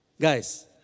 Guys